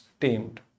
tamed